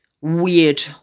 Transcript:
weird